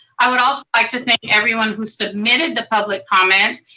i would also like to thank everyone who submitted the public comments,